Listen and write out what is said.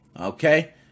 okay